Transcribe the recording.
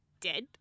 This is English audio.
dead